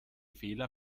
fehler